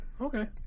Okay